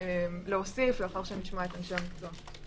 להוסיף לאחר שנשמע את אנשי המקצוע.